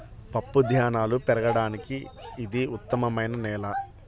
పప్పుధాన్యాలు పెరగడానికి ఇది ఉత్తమమైన నేల